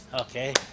Okay